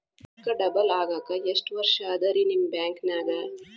ರೊಕ್ಕ ಡಬಲ್ ಆಗಾಕ ಎಷ್ಟ ವರ್ಷಾ ಅದ ರಿ ನಿಮ್ಮ ಬ್ಯಾಂಕಿನ್ಯಾಗ?